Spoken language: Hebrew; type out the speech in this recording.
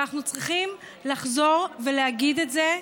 ואנחנו צריכים לחזור ולהגיד את זה,